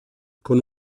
con